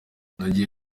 nagiye